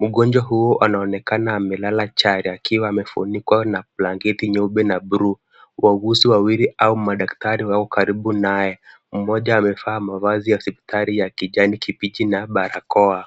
Mgonjwa huyo anaonekana amelala chali akiwa amefunikwa na blanketi nyeupe na bluu. Wauguzi wawili au madaktari wako karibu naye. Mmoja amevaa mavazi ya hospitali kijani kibichi na barakoa.